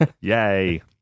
Yay